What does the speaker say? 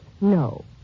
No